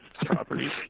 properties